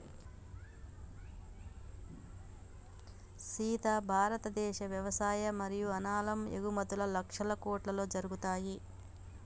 సీత భారతదేశ వ్యవసాయ మరియు అనాలం ఎగుమతుం లక్షల కోట్లలో జరుగుతాయి